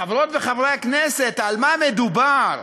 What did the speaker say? חברות וחברי הכנסת, על מה מדובר,